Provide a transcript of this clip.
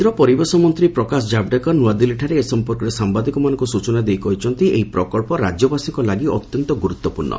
କେନ୍ଦ୍ର ପରିବେଶ ମନ୍ତ୍ରୀ ପ୍ରକାଶ ଜାବ୍ଡେକର ନୂଆଦିଲ୍ଲୀଠାରେ ଏ ସଂପର୍କରେ ସାମ୍ବାଦିକମାନଙ୍କୁ ସୂଚନା ଦେଇ କହିଛନ୍ତି ଏହି ପ୍ରକଳ୍ପ ରାଜ୍ୟବାସୀଙ୍କ ଲାଗି ଅତ୍ୟନ୍ତ ଗୁରୁତ୍ୱପୂର୍ଣ୍ଣ